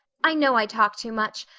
i know i talk too much,